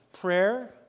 prayer